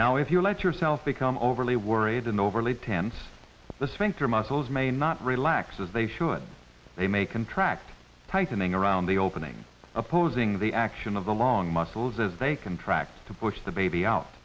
now if you let yourself become overly worried and overlayed tense this winter muscles may not relax as they should they may contract tightening around the opening opposing the action of the long muscles as they contract to push the baby out